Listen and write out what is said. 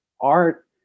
art